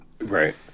Right